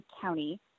County